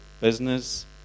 business